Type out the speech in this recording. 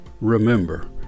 remember